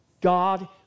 God